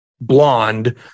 blonde